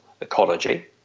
ecology